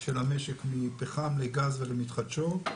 של המשק מפחם לגז ולמתחדשות.